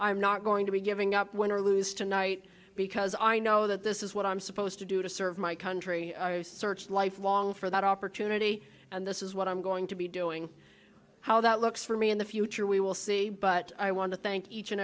i'm not going to be giving up win or lose tonight because i know that this is what i'm supposed to do to serve my country search lifelong for that opportunity and this is what i'm going to be doing how that looks for me in the future we will see but i want to thank each and